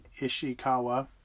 Ishikawa